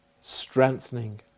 strengthening